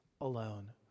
alone